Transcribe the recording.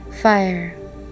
Fire